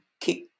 kick